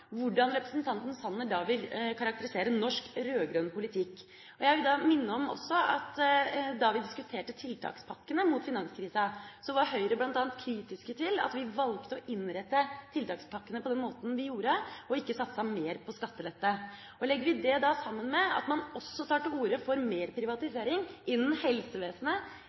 hvordan representanten Sanner da vil karakterisere norsk rød-grønn politikk. Jeg vil også minne om at da vi diskuterte tiltakspakkene mot finanskrisen, var Høyre bl.a. kritisk til at vi valgte å innrette tiltakspakkene på den måten vi gjorde, og ikke satset mer på skattelette. Legger vi det sammen med at man også tar til orde for mer privatisering innen helsevesenet,